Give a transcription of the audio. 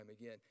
again